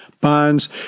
bonds